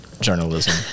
journalism